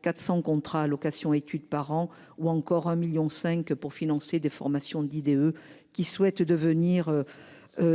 400 contrats allocation études par an ou encore un million cinq pour financer des formations d'IDE qui. Devenir.